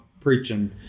preaching